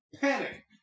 Panic